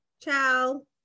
ciao